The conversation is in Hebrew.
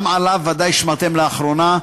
גם עליו ודאי שמעתם לאחרונה,